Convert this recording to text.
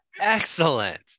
excellent